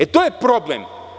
E, to je problem.